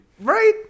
Right